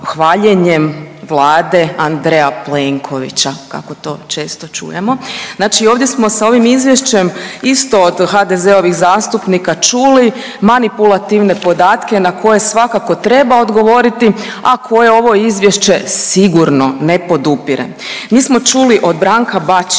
hvaljenjem Vlade Andreja Plenkovića kako to često čujemo. Znači, ovdje smo sa ovim izvješćem isto od HDZ-ovih zastupnika čuli manipulativne podatke na koje svakako treba odgovoriti, a koje ovo izvješće sigurno ne podupire. Mi smo čuli od Branka Bačića